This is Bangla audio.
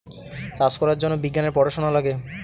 চাষ করার জন্য বিজ্ঞানের পড়াশোনা লাগে